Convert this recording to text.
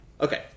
Okay